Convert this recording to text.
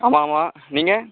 ஆமாம் ஆமாம் நீங்கள்